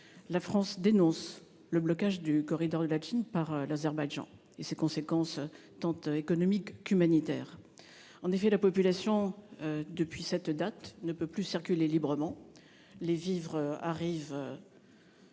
la France dénonce le blocage du corridor de Latchine par l'Azerbaïdjan et ses conséquences économiques et humanitaires. En effet, depuis cette date, la population ne peut plus circuler librement. Les vivres arrivent